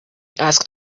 asked